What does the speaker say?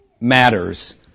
matters